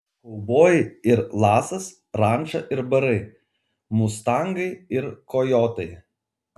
kaubojai ir lasas ranča ir barai mustangai ir kojotai